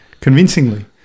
convincingly